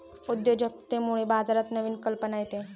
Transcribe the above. उद्योजकतेमुळे बाजारात नवीन कल्पना येते